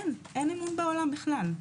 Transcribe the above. אין אמון בעולם בכלל.